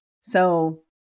So-